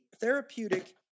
therapeutic